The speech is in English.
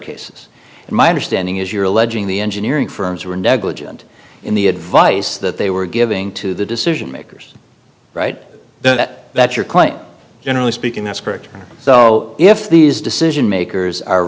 cases and my understanding is you're alleging the engineering firms were negligent in the advice that they were giving to the decision makers right that that your claim generally speaking that's correct so if these decision makers are